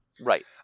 Right